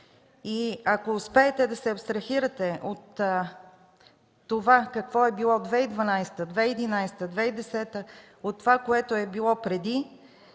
да успеете да се абстрахирате от това какво е било през 2012 г., 2011 г., 2010 г., от това, което е било преди,